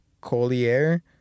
Collier